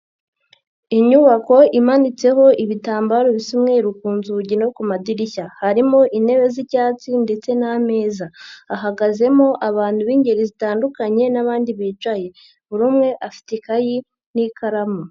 inyubako imanitseho ibitambaro bisa Umweru ku nzugi no ku madirishya, harimo intebe z'icyatsi ndetse n'ameza, hahagazemo abantu b'ingeri zitandukanye n'bandi bicaye, buri umwe afite ikayi n'ikaramu.